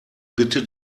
bitte